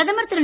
பிரதமர் திரு